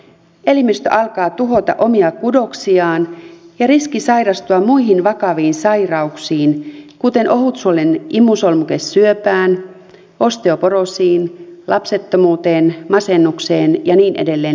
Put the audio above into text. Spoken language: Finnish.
elimistö alkaa tuhota omia kudoksiaan ja riski sairastua muihin vakaviin sairauksiin kuten ohutsuolen imusolmukesyöpään osteoporoosiin lapsettomuuteen masennukseen ja niin edelleen lisääntyy